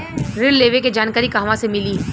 ऋण लेवे के जानकारी कहवा से मिली?